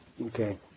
okay